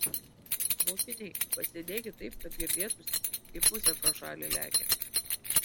mokiniai pasėdėkit taip kad girdėtųsi kaip musė pro šalį lekia